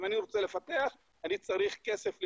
אם אני רוצה לפתח אני צריך כסף לתכנון.